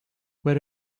where